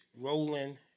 rolling